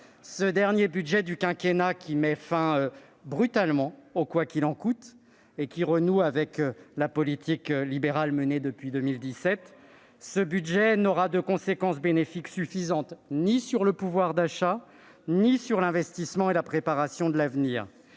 ce dernier budget du quinquennat, qui met fin brutalement au « quoi qu'il en coûte » et qui renoue avec la politique libérale menée depuis 2017, n'aura de conséquences bénéfiques suffisantes ni sur le pouvoir d'achat ni sur l'investissement et la préparation de l'avenir.